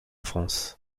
france